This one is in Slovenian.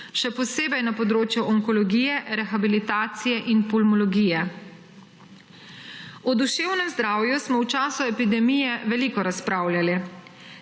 še posebej na področju onkologije, rehabilitacije in pulmologije. O duševnem zdravju smo v času epidemije veliko razpravljali.